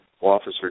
Officer